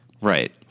Right